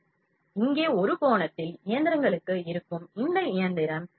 எனவே இங்கே ஒரு கோணத்தில் இயந்திரங்களுக்கு இருக்கும் இந்த இயந்திரம்